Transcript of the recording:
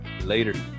later